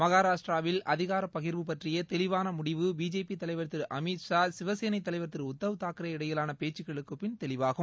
மகாராஷ்ட்ராவில் அதிகார பகிர்வு பற்றிய தெளிவான முடிவு பிஜேபி தலைவர் திரு அமித் ஷா சிவசேனை தலைவர் திரு உத்தவ் தாக்கரே இடையிலான பேச்சுகளுக்கு பின் தெளிவாகும்